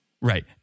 Right